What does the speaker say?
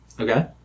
Okay